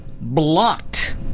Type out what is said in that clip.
blocked